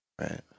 Right